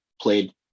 played